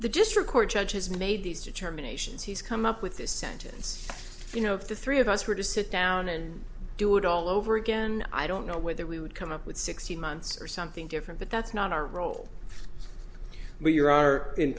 the district court judges made these determinations he's come up with this sentence you know if the three of us were to sit down and do it all over again i don't know whether we would come up with sixteen months or something different but that's not our role when you are in